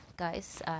guys